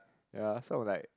ya so I'm like